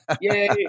Yay